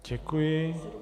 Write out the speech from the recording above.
Děkuji.